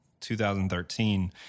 2013